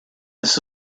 this